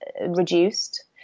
reduced